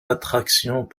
attractions